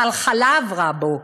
חלחלה עברה בו.